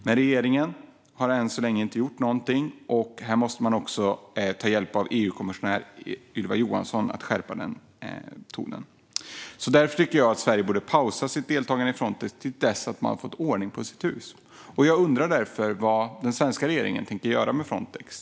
Men regeringen har än så länge inte gjort någonting. Här måste man också ta hjälp av EU-kommissionären Ylva Johansson för att skärpa tonen. Därför tycker jag att Sverige borde pausa sitt deltagande i Frontex till dess att man har fått ordning på sitt hus. Jag undrar därför vad den svenska regeringen tänker göra med Frontex.